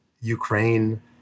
Ukraine